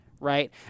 right